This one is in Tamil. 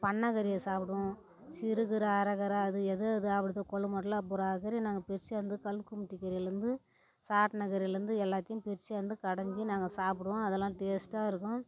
பண்ணிண கீரையை சாப்புடுவோம் சிறுகீரை அரகீரை அது எது எது கொள்ளுமாட்லாம் பூரா கீரையும் நாங்கள் பறிச்சியாந்து கல் குமுட்டி கீரையிலேருந்து சாட்ன கீரையிலேருந்து எல்லாத்தையும் பறிச்சியாந்து கடைஞ்சி நாங்கள் சாப்புடுவோம் அதுலாம் டேஸ்ட்டாக இருக்கும்